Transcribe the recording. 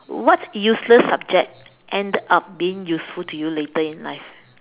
what useless subject ends up being useful to you later in life